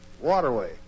waterway